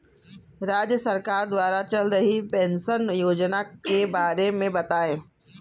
राज्य सरकार द्वारा चल रही पेंशन योजना के बारे में बताएँ?